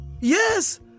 Yes